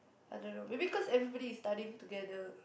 I don't know maybe cause everybody is studying together